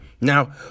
Now